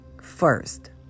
first